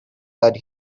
that